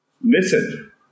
Listen